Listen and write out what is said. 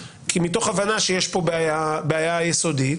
מתוך הבנה שיש פה בעיה יסודית.